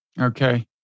Okay